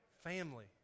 family